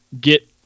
get